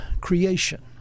creation